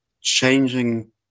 changing